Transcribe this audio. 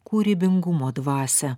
kūrybingumo dvasią